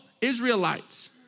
Israelites